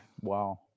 Wow